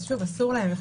אסור להם.